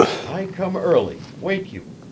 i come early wake you.